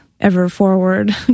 ever-forward